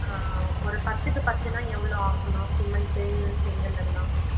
ஒரு பத்துக்கு பத்துன்னா எவ்வளோ ஆகுன்னா சிமெண்ட்டு செங்கல் இதெலாம்